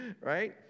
right